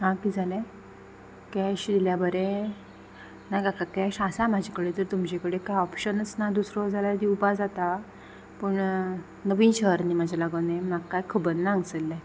आं कितें जालें कॅश दिल्या बरें ना काका कॅश आसा म्हाजे कडेन तुमचे कडेन कांय ऑप्शन ना दुसरो जाल्यार दिवपा जाता पूण नवीन शहर न्ही म्हाजे लागोन हें म्हाका कांय खबर ना हांगसल्लें